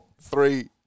three